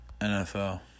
NFL